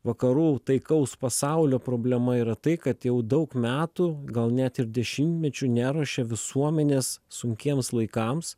vakarų taikaus pasaulio problema yra tai kad jau daug metų gal net ir dešimtmečių neruošė visuomenės sunkiems laikams